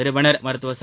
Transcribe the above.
நிறுவனர் மருத்துவர் ச